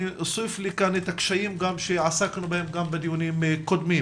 אני אוסיף לכאן גם את הקשיים שעסקנו בהם גם בדיונים קודמים: